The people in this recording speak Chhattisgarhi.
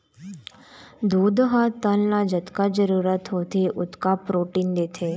दूद ह तन ल जतका जरूरत होथे ओतका प्रोटीन देथे